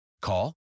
Call